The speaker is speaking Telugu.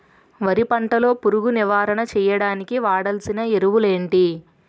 వరి పంట లో పురుగు నివారణ చేయడానికి వాడాల్సిన ఎరువులు ఏంటి?